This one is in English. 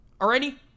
Already